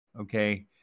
Okay